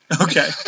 Okay